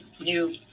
new